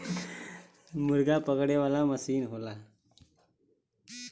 मुरगा पकड़े वाला मसीन होला